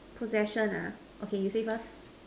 possession lah okay you say first